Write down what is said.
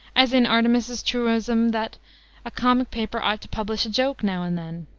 as in artemus's truism that a comic paper ought to publish a joke now and then.